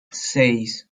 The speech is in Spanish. seis